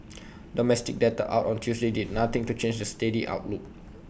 domestic data out on Tuesday did nothing to change the steady outlook